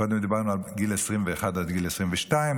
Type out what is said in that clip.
קודם דיברנו על גיל 21 עד גיל 22,